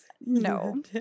No